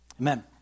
Amen